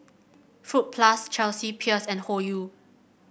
Fruit Plus Chelsea Peers and Hoyu